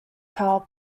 power